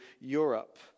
Europe